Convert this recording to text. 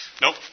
Nope